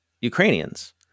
Ukrainians